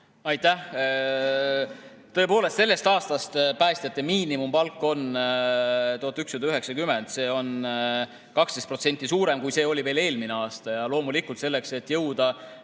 Aitäh! Tõepoolest, sellest aastast on päästjate miinimumpalk 1190, see on 12% suurem, kui see oli veel eelmine aasta. Loomulikult, selleks et jõuda